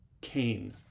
Cain